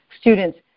students